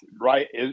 Right